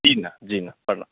जी नहि जी नहि प्रणाम